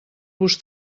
vos